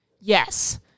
yes